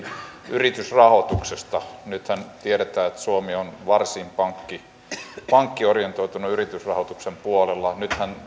yritysrahoituksesta nythän tiedetään että suomi on varsin pankkiorientoitunut yritysrahoituksen puolella nythän